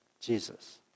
Jesus